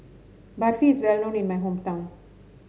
barfi is well known in my hometown